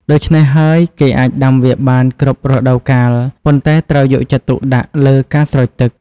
ដូច្នេះហើយ គេអាចដាំវាបានគ្រប់រដូវកាល ប៉ុន្តែត្រូវយកចិត្តទុកដាក់លើការស្រោចទឹក។